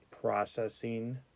processing